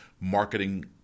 marketing